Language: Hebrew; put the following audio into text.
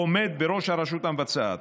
עומד בראש הרשות המבצעת,